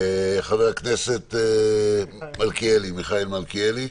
חבר הכנסת מיכאל מלכיאלי.